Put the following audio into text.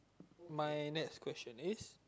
my next question is